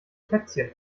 plätzchen